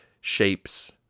shapes